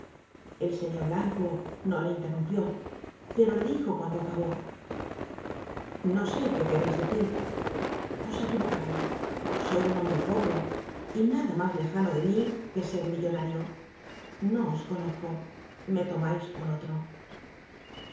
el señor blanco no le interrumpió pero le dijo cuando acabó no sé qué quereis decir os equivocais soy un hombre pobre y nada mas lejano de mí que ser millonario no os conozco me tomais por otro